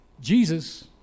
Jesus